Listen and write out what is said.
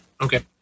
okay